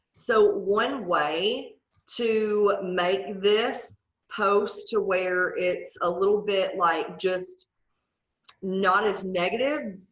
so one way to make this post to where it's a little bit like just not as negative,